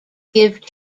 give